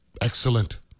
excellent